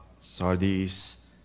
sardis